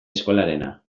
eskolarena